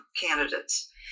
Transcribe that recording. candidates